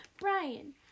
Brian